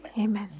Amen